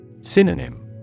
Synonym